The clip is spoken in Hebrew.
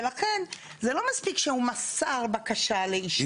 ולכן זה לא מספיק שהוא מסר בקשה לאישור.